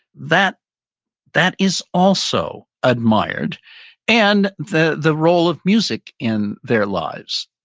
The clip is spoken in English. that that is also admired and the the role of music in their lives,